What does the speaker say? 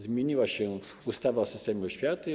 Zmieniła się ustawa o systemie oświaty.